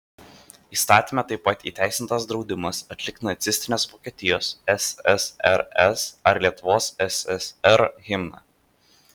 įstatyme taip pat įteisintas draudimas atlikti nacistinės vokietijos ssrs ar lietuvos ssr himną